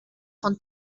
von